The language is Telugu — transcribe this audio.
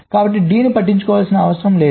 కాబట్టి D ను పట్టించుకోవడం అవసరం లేదు